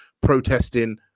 protesting